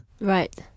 right